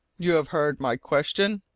you have heard my question?